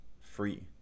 free